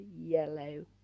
yellow